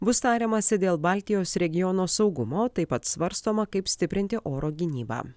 bus tariamasi dėl baltijos regiono saugumo taip pat svarstoma kaip stiprinti oro gynybą